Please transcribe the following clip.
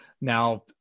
Now